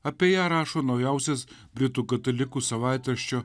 apie ją rašo naujausias britų katalikų savaitraščio